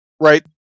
right